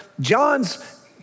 John's